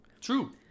True